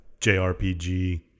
JRPG